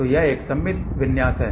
तो यह एक सममित विन्यास है